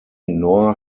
nor